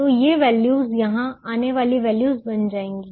तो ये वैल्यूज़ यहां आने वैल्यूज़ बन जाएंगी